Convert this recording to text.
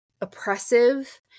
oppressive